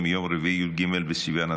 פליליים ומשטרתיים של יוצאי אתיופיה,